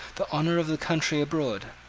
the honour of the country abroad,